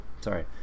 sorry